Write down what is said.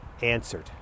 answered